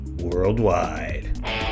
Worldwide